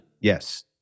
Yes